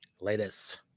Latest